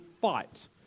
fight